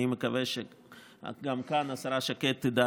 אני מקווה שגם כאן השרה שקד תדע